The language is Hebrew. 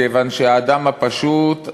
כיוון שהאדם הפשוט,